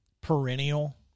perennial